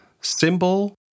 symbol